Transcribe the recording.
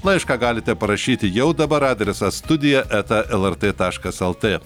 laišką galite parašyti jau dabar adresas studija eta lrt taškas lt